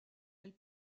elle